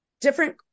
different